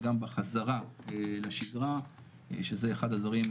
גם בחזרה לשגרה שזה אחד הדברים,